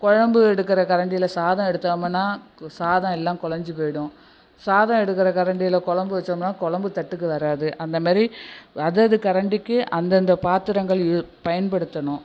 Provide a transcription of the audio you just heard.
குழம்பு எடுக்கிற கரண்டியில் சாதம் எடுத்தோம்ன்னா சாதம் எல்லாம் குழஞ்சு போயிவிடும் சாதம் எடுக்கிற கரண்டியில் குழம்பு வச்சோம்ன்னா குழம்பு தட்டுக்கு வராது அந்தமாரி அது அது கரண்டிக்கு அந்தந்த பாத்திரங்கள் யூ பயன்படுத்தணும்